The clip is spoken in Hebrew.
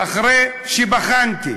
אחרי שבחנתי